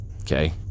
Okay